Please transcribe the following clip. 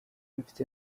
mfite